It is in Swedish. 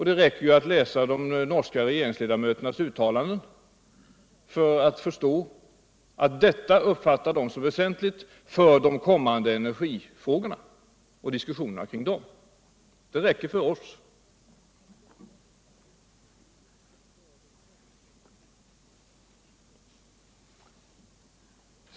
Det räcker att läsa de norska regeringsledamöternas uttalanden för att förstå att de uppfattar detta som väsentligt för de kommande diskussionerna om energifrågorna.